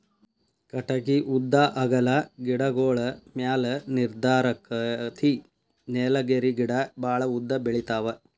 ಕಟಗಿ ಉದ್ದಾ ಅಗಲಾ ಗಿಡಗೋಳ ಮ್ಯಾಲ ನಿರ್ಧಾರಕ್ಕತಿ ನೇಲಗಿರಿ ಗಿಡಾ ಬಾಳ ಉದ್ದ ಬೆಳಿತಾವ